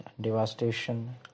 devastation